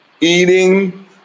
eating